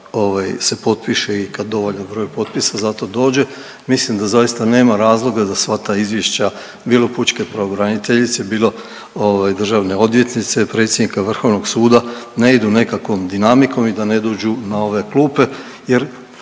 se potpiše i kad dovoljan broj potpisa za to dođe, mislim da zaista nema razloga da sva ta izvješća bilo pučke pravobraniteljice, bilo državne odvjetnice, predsjednika Vrhovnog suda ne idu nekakvom dinamikom i da ne dođu na ove klupe jer